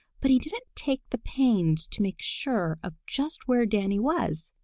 but he didn't take the pains to make sure of just where danny was,